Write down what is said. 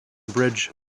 bridge